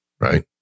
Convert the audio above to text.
Right